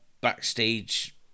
backstage